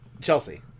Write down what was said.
Chelsea